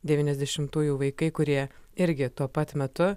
devyniasdešimtųjų vaikai kurie irgi tuo pat metu